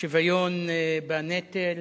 שוויון בנטל